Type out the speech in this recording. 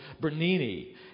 Bernini